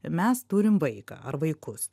mes turim vaiką ar vaikus